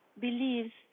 believes